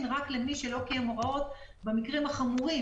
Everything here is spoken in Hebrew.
רק למי שלא קיים הוראות במקרים החמורים,